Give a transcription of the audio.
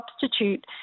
substitute